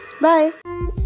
Bye